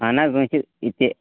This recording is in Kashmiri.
اَہَن حظ وۅنۍ چھُ یہِ تہِ